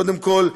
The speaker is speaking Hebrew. קודם כול,